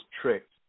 tricked